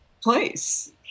place